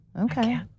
okay